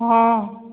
ହଁ